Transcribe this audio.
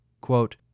Quote